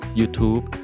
YouTube